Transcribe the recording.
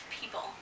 people